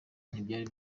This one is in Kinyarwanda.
ntibyari